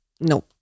No